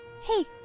Hey